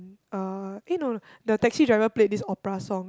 uh eh no no the taxi driver played this opera song